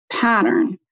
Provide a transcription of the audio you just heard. pattern